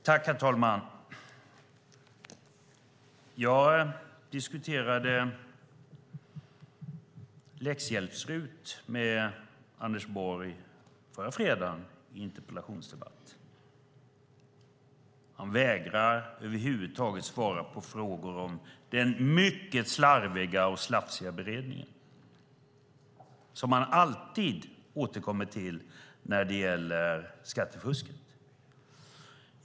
Herr talman! Jag diskuterade läxhjälps-RUT med Anders Borg förra fredagen i en interpellationsdebatt. Han vägrade över huvud taget att svara på frågor om den mycket slarviga och slafsiga beredningen, som han alltid återkommer till när det gäller skattefusket.